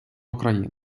україну